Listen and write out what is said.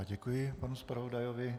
Děkuji panu zpravodajovi.